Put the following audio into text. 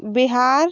Bihar